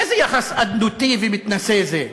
איזה יחס אדנותי ומתנשא זה?